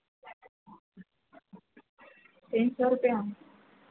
तीन सौ रुपया